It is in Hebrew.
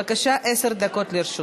בבקשה, עשר דקות לרשותך.